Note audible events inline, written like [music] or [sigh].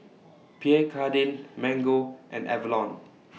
[noise] Pierre Cardin Mango and Avalon